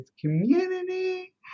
community